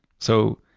so,